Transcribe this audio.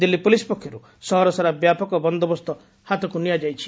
Delhi police ପକ୍ଷରୁ ସହର ସାରା ବ୍ୟାପକ ବନ୍ଦୋବସ୍ତ ହାତକୁ ନିଆଯାଇଛି